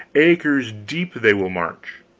acres deep they will march.